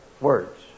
words